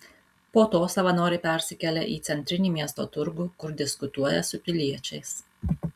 po to savanoriai persikelia į centrinį miesto turgų kur diskutuoja su piliečiais